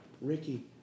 Ricky